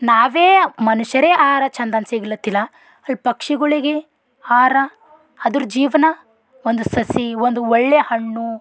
ನಾವೇ ಮನುಷ್ಯರೇ ಆಹಾರ ಚಂದನ ಸಿಗ್ಲತಿಲ್ಲ ಅಲ್ಲಿ ಪಕ್ಷಿಗಳಿಗಿ ಆಹಾರ ಅದರ ಜೀವನ ಒಂದು ಸಸಿ ಒಂದು ಒಳ್ಳೆಯ ಹಣ್ಣು